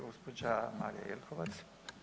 Gospođa Marija Jelkovac.